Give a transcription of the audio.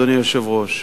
אדוני היושב-ראש,